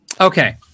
Okay